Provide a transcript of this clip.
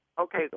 Okay